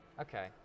Okay